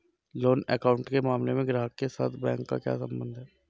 Loan account के मामले में ग्राहक के साथ बैंक का क्या संबंध है?